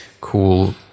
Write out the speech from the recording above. cool